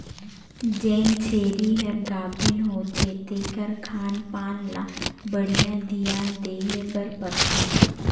जेन छेरी हर गाभिन होथे तेखर खान पान ल बड़िहा धियान देहे बर परथे